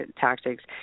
tactics